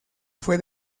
fue